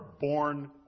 born